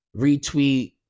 Retweet